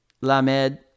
lamed